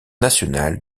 nationale